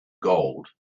gold